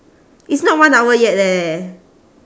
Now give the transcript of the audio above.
it's not one hour yet leh